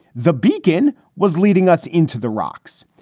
the beacon was leading us into the rocks.